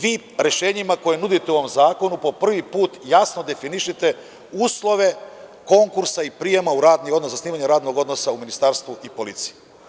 Vi rešenjima koja nudite u ovom zakonu po prvi put jasno definišete uslove konkursa i prijema u radni odnos, zasnivanje radnog odnosa u Ministarstvu i policiji.